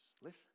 Listen